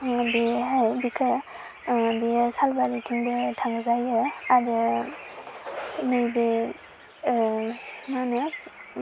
आङो बेहाय बिखौ बेयो सालबारिथिंबो थांजायो आरो नैबे माहोनो